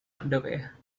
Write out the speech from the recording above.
underwear